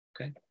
Okay